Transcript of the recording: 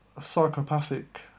psychopathic